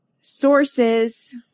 sources